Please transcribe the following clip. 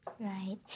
Right